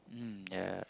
mm yeah